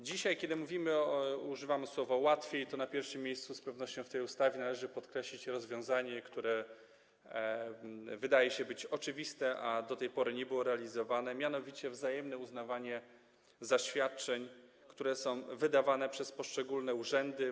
Dzisiaj, kiedy używamy słowa „łatwiej”, w tej ustawie na pierwszym miejscu z pewnością należy podkreślić rozwiązanie, które wydaje się oczywiste, a do tej pory nie było realizowane, mianowicie wzajemne uznawanie zaświadczeń, które są wydawane przez poszczególne urzędy.